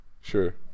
Sure